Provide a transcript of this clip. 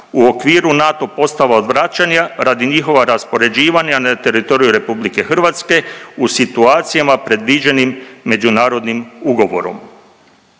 u okviru NATO postava odvraćanja radi njihova raspoređivanja na teritoriju RH u situacijama predviđenim međunarodnim ugovorom.